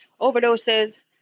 overdoses